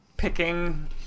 Picking